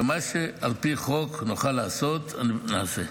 ומה שעל פי חוק נוכל לעשות, נעשה.